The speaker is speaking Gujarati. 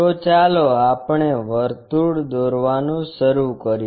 તો ચાલો આપણે વર્તુળ દોરવાનું શરૂ કરીએ